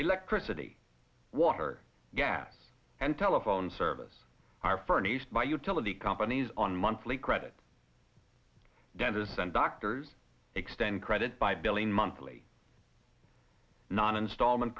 electricity water gas and telephone service are furnished by utility companies on monthly credit dentists and doctors extend credit by billing monthly non installment